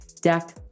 deck